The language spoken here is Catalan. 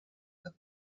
del